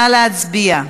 נא להצביע.